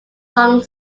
song